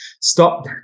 stop